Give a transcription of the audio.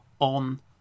on